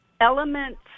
elements